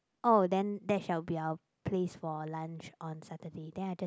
oh then that shall be our place for lunch on Saturday then I just